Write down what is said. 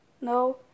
no